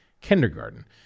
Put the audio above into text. kindergarten